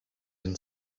and